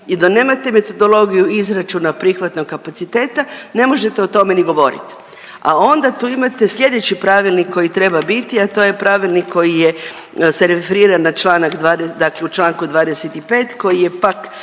i dok nemate metodologiju izračuna prihvatnog kapaciteta ne možete o tome ni govorit. A onda tu imate sljedeći pravilnik koji treba biti, a to je pravilnik koji se referira na čl. dakle u čl. 25. koji je pak